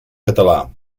català